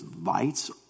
lights